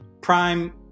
Prime